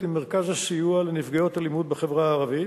עם מרכז הסיוע לנפגעות אלימות בחברה הערבית,